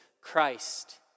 Christ